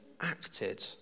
acted